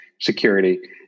security